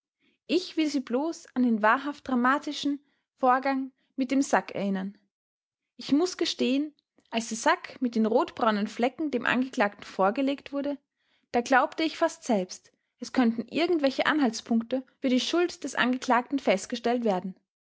ich will sie bloß an den wahrhaft dramatischen matischen vorgang mit dem sack erinnern ich muß gestehen als der sack mit den rotbraunen flecken dem angeklagten vorgelegt wurde da glaubte ich fast selbst es könnten irgendwelche anhaltspunkte für die schuld des angeklagten festgestellt werden